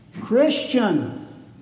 Christian